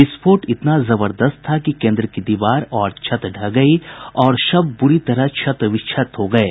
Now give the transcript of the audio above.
विस्फोट इतना जबरदस्त था कि केंद्र की दीवार और छत ढह गई और शव ब्री तरह क्षत विक्षत हो गये